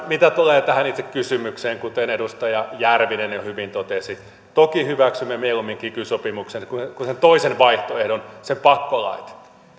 mitä tulee tähän itse kysymykseen niin kuten edustaja järvinen jo hyvin totesi toki hyväksymme mieluummin kiky sopimuksen kuin sen toisen vaihtoehdon ne pakkolait